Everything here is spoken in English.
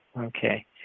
Okay